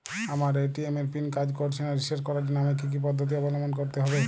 আমার এ.টি.এম এর পিন কাজ করছে না রিসেট করার জন্য আমায় কী কী পদ্ধতি অবলম্বন করতে হবে?